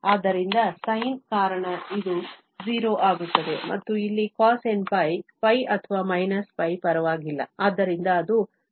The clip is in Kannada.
ಆದ್ದರಿಂದ sine ಕಾರಣ ಇದು 0 ಆಗುತ್ತದೆ ಮತ್ತು ಇಲ್ಲಿ cosnπ π ಅಥವಾ π ಪರವಾಗಿಲ್ಲ ಆದ್ದರಿಂದ ಅದು n ಅನ್ನು ನೀಡುತ್ತದೆ ಮತ್ತು ನಂತರ n ಈಗಾಗಲೇ ಇರುತ್ತದೆ